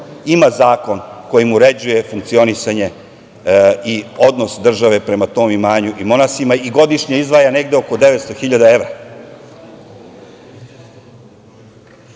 ima zakon kojim uređuje funkcionisanje i odnos države prema tom imanju i monasima i godišnje izdvaja negde oko 900 hiljada